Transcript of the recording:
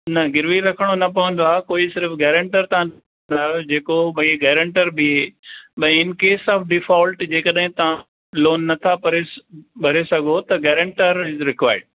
न गिरवी रखणो न पवंदो आहे कोई सिर्फ़ु गारंटर तव्हां घुरायो जेको भई गेरेंटर बीहे भई इन केस ऑफ डिफॉल्ट जेकॾहिं तव्हां लोन नथा भरे भरे सघो त गारंटर इज़ रिक्वायर्ड